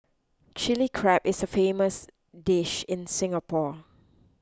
Chilli Crab is a famous dish in Singapore